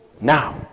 Now